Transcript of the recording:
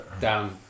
Down